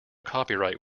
copyright